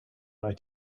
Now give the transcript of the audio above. eye